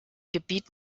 gebiet